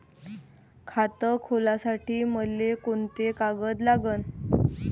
खात खोलासाठी मले कोंते कागद लागन?